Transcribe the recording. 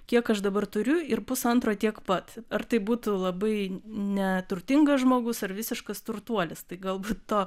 kiek aš dabar turiu ir pusantro tiek pat ar tai būtų labai neturtingas žmogus ar visiškas turtuolis tai galbūt to